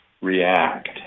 react